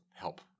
help